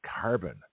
carbon